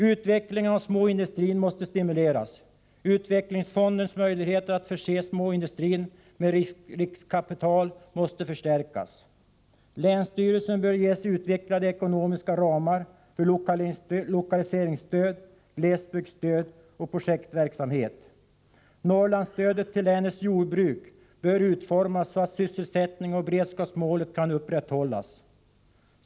Utvecklingen av småindustrin måste stimuleras. Utvecklingsfondens möjligheter att förse småindustrin med riskkapital bör förstärkas. Länsstyrelsen bör ges utvidgade ekonomiska ramar för lokaliseringsstöd, glesbygdsstöd och projektverksamhet. Norrlandsstödet till länets jordbruk bör utformas så att sysselsättningen och beredskapsmålet kan upprätthållas.